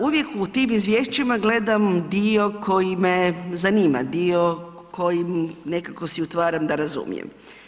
Uvijek u tim izvješćima gledam dio koji me zanima, dio koji nekako si utvaram da razumijem.